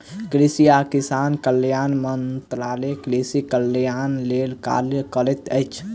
कृषि आ किसान कल्याण मंत्रालय कृषि कल्याणक लेल कार्य करैत अछि